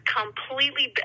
completely